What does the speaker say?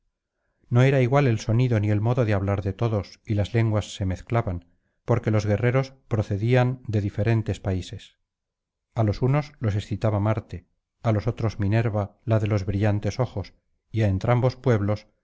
no era igual el sonido ni el modo de hablar de todos y las lenguas se mezclaban porque los guerreros procedían de diferentes países a los unos los excitaba marte á los otros minerva la de los brillantes ojos y á entrambos pueblos